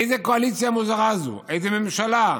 איזו קואליציה מוזרה זו, איזו ממשלה.